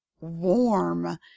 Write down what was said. warm